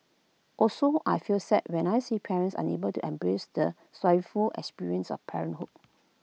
also I feel sad when I see parents unable to embrace the experience of parenthood